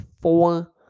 four